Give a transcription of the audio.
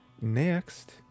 Next